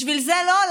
בשביל זה לא?